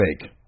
Fake